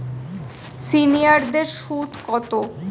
সিনিয়ারদের সুদ কত?